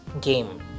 game